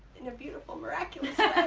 in a beautiful miraculous